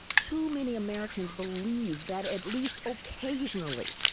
too many americans believe that, at least ah occasionally,